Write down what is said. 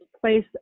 place